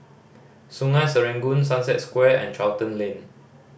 Sungei Serangoon Sunset Square and Charlton Lane